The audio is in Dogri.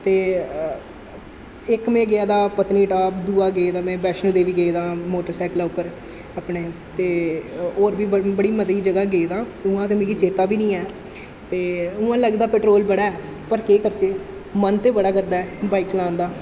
ते इक में गेदा पत्नीटाप दूआ गेदा में बैश्णो देवी गेदां मोटर सैकला उप्पर अपने ते होर बी बड़ बड़ी मती ज'गां गेदां उ'आं ते मिगी चेता बी निं ऐ ते उ'आं लगदा पैट्रोल बड़ा ऐ पर केह् करचै मन ते बड़ा करदा ऐ बाइक चलान दा